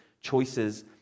choices